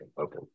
okay